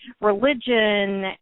religion